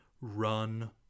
run